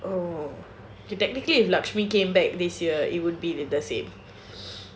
oh so technically if lakshimi came back this year it would be the same